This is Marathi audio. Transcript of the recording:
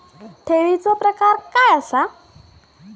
ठेवीचो प्रकार काय असा?